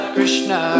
Krishna